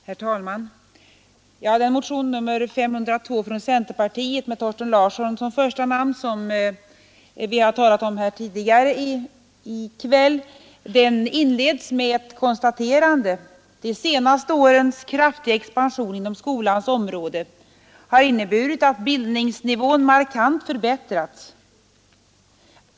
Herr talman! Den motion 502 från centerpartiet med herr Thorsten Larsson såsom första namn som vi har talat om tidigare i kväll inleds med ett konstaterande: ”De senaste årens kraftiga expansion inom skolans område har inneburit att bildningsnivån markant förbättrats.